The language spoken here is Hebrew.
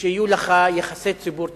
שיהיו לך יחסי ציבור טובים.